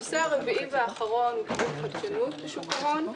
הנושא הרביעי והאחרון הוא קידום חדשנות בשוק ההון.